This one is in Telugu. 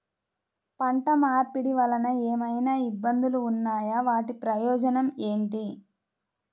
పంట మార్పిడి వలన ఏమయినా ఇబ్బందులు ఉన్నాయా వాటి ప్రయోజనం ఏంటి?